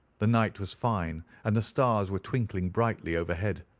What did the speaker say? the night was fine, and the stars were twinkling brightly overhead.